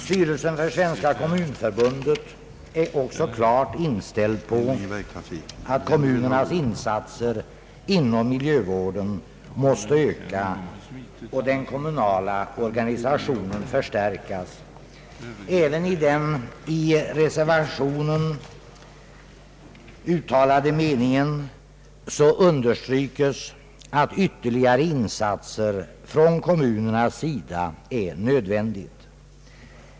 Styrelsen för Svenska kommunförbundet är också klart inställd på att kommunernas insatser inom miljövården måste öka och den kommunala organisationen förstärkas. Även i den reservation som är fogad till detta utlåtande understrykes att ytter ligare insatser från kommunernas sida är nödvändiga.